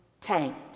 tanked